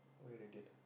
where they dated